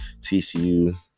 TCU